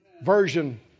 Version